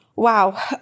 Wow